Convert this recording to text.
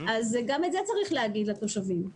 וגם את זה צריך להגיד לתושבים.